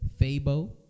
Fabo